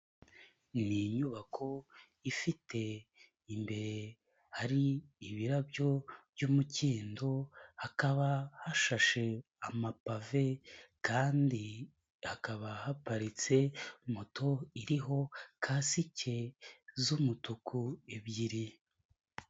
Ni inyubako ifite imbere hari ibirabyo by'umukindo, hakaba hashashe amapave kandi hakaba haparitse moto iriho kasike z'umutuku ebyiri.